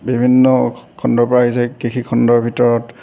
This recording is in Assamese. বিভিন্ন খণ্ডৰ পৰা আহিছে কৃষিখণ্ডৰ ভিতৰত